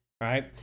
right